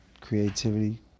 Creativity